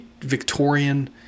Victorian